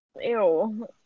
ew